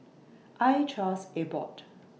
I Trust Abbott